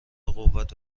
قوت